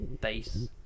base